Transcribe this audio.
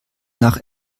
nach